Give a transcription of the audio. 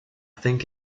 think